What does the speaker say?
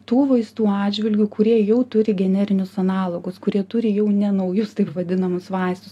tų vaizdų atžvilgiu kurie jau turi generinius analogus kurie turi jau ne naujus taip vadinamus vaistus